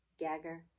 Gagger